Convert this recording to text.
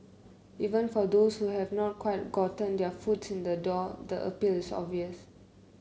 even for those who have not quite gotten their foot in the door the appeal is obvious